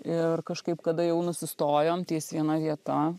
ir kažkaip kada jau nusistojom ties viena vieta